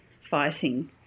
fighting